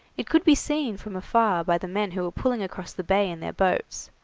it could be seen from afar by the men who were pulling across the bay in their boats,